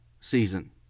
season